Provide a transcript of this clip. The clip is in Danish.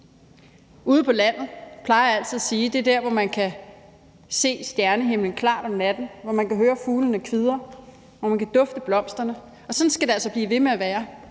Jeg plejer altid at sige, at det er ude på landet, hvor man kan se stjernehimlen klart om natten, hvor man kan høre fuglene kvidre, og hvor man kan dufte blomsterne, og sådan skal det altså blive ved med at være,